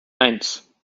eins